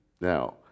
now